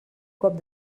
cop